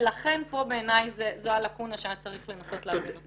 ופה בעיניי זו הלקונה שצריך לנסות להבין אותה.